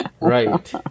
right